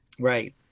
Right